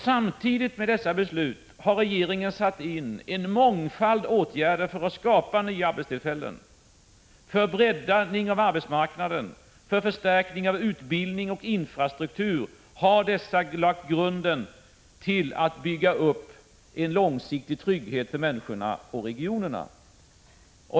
Samtidigt med dem har regeringen satt in en mångfald åtgärder för att skapa nya arbetstillfällen, för att bredda arbetsmarknaden och för att förstärka utbildning och infrastruktur, åtgärder som lagt grunden till en långsiktig trygghet för människorna och regionen.